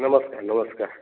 नमस्कार नमस्कार